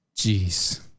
Jeez